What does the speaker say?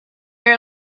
are